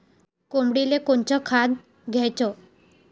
कोंबडीले कोनच खाद्य द्याच?